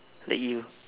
like you